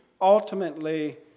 Ultimately